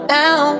now